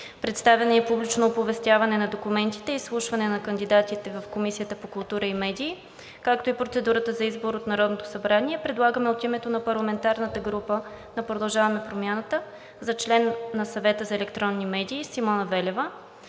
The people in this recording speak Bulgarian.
представяне и публично оповестяване на документите, изслушване на кандидатите в Комисията по култура и медии, както и процедурата за избор от Народното събрание предлагаме от името на парламентарната група на „Продължаваме Промяната“ за член на Съвета за електронни медии Симона Велева.